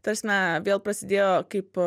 ta prasme vėl prasidėjo kaip